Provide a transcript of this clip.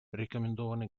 рекомендованный